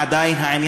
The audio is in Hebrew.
עדיין,